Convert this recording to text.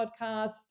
podcast